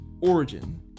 origin